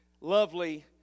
lovely